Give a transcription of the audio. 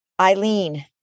Eileen